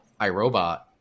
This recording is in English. iRobot